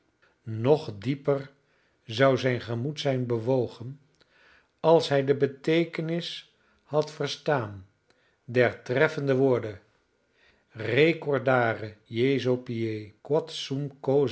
nog veel dieper zou zijn gemoed zijn bewogen als hij de beteekenis had verstaan der treffende woorden recordare